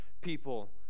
people